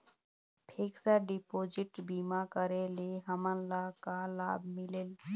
Fix deposit बीमा करे ले हमनला का लाभ मिलेल?